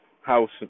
house